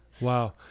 wow